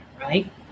right